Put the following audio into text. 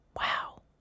Wow